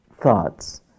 thoughts